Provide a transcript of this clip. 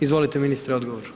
Izvolite ministre, odgovor.